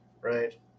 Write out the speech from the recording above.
right